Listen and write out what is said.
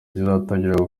kizatangira